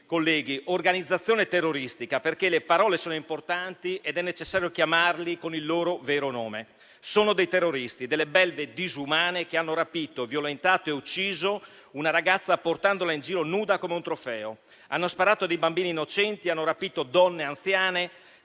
colleghi, organizzazione terroristica, perché le parole sono importanti ed è necessario chiamarli con il loro vero nome: sono dei terroristi, delle belve disumane, che hanno rapito, violentato e ucciso una ragazza, portandola in giro nuda come un trofeo. Hanno sparato a bambini innocenti, hanno rapito donne anziane,